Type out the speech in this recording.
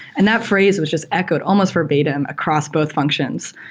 and that phrase was just echoed almost verbatim across both functions.